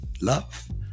love